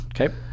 Okay